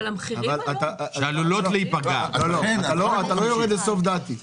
אתה לא יורד לסוף דעתי.